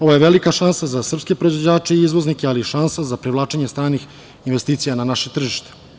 Ovo je velika šansa za srpske proizvođače i izvoznike, ali i šansa za privlačenje stranih investicija na naše tržište.